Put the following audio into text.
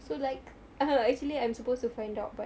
so like ah ha I'm supposed to find out but